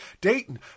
Dayton